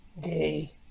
gay